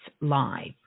Live